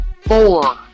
four